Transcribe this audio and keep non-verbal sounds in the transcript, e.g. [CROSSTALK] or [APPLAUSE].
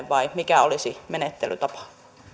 [UNINTELLIGIBLE] vai mikä olisi menettelytapa